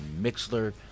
Mixler